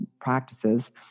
practices